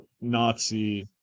Nazi